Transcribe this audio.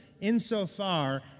insofar